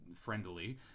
friendly